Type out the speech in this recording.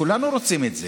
אז סבבה,